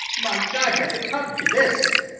my god! has it come to this!